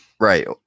Right